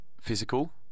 physical